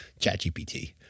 ChatGPT